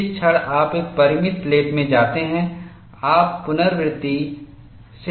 जिस क्षण आप एक परिमित प्लेट में जाते हैं आप पुनरावृत्ति से बच नहीं सकते